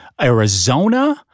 Arizona